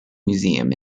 museum